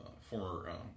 former